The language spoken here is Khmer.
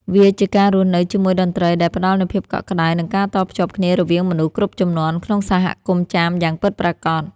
វាជាការរស់នៅជាមួយតន្ត្រីដែលផ្តល់នូវភាពកក់ក្តៅ និងការតភ្ជាប់គ្នារវាងមនុស្សគ្រប់ជំនាន់ក្នុងសហគមន៍ចាមយ៉ាងពិតប្រាកដ។